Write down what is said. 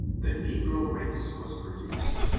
the negro race was produced,